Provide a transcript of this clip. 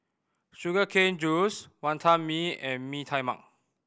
sugar cane juice Wantan Mee and Mee Tai Mak